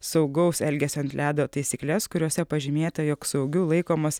saugaus elgesio ant ledo taisykles kuriose pažymėta jog saugiu laikomas